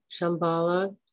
Shambhala